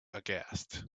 aghast